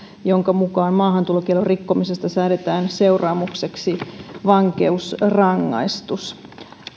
jonka mukaan maahantulokiellon rikkomisesta säädetään seuraamukseksi vankeusrangaistus